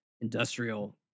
industrial